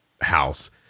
house